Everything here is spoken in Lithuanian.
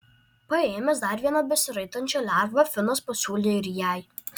paėmęs dar vieną besiraitančią lervą finas pasiūlė ir jai